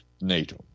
NATO